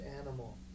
animal